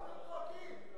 מה אתם צועקים?